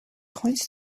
coins